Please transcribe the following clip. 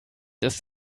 ist